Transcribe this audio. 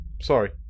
Sorry